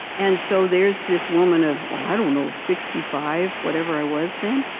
and so, there's this woman of, i don't know, sixty five, whatever i was then,